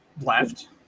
left